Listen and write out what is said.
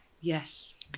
yes